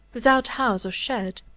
without house or shed,